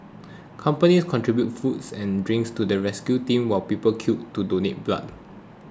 companies contributed foods and drinks to the rescue teams while people queued to donate blood